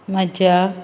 म्हज्या